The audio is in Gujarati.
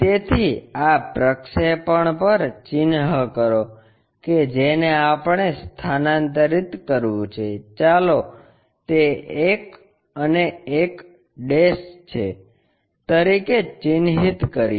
તેથી આ પ્રક્ષેપણ પર ચિહ્ન કરો કે જેને આપણે સ્થાનાંતરિત કરવું છે ચાલો તે 1 અને 1 તરીકે ચિહ્નિત કરીએ